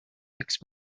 next